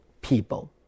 people